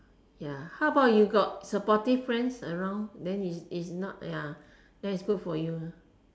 ya how about you got supportive friends around then is is not ya then it's good for you